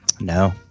No